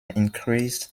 increased